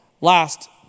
Last